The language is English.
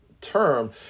term